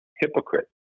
hypocrite